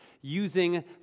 using